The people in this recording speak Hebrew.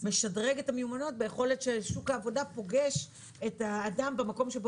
משדרגת את המיומנויות ביכולת ששוק העבודה פוגש את האדם במקום שבו